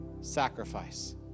sacrifice